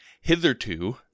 Hitherto